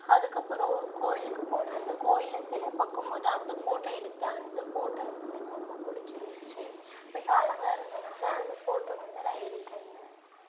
அதுக்கப்புறோம் ஒரு கோயிலுக்கு போனேன் அந்த கோயில் சிலை பார்க்கும்மோது அந்த ஃபோட்டோ எடுத்தேன் அந்த ஃபோட்டோ வந்து எனக்கு ரொம்ப பிடிச்சிருந்துச்சி மிக அழகாக இருந்ததுனால அந்த ஃபோட்டோ வந்து நான் எடுத்து இருந்தேன்